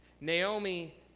Naomi